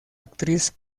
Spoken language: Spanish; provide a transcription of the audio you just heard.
actriz